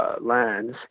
lands